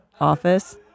office